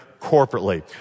corporately